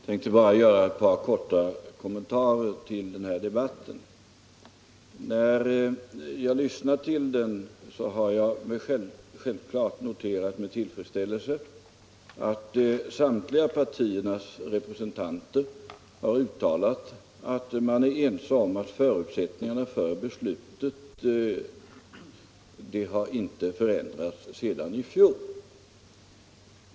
Fru talman! Jag tänker bara göra ett par korta kommentarer till den här debatten. När jag lyssnat till debatten har jag självfallet med tillfredsställelse noterat att samtliga partiers representanter har uttalat att man är ense om att förusättningarna för beslutet om Stålverk 80 inte har förändrats sedan i fjol.